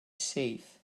safe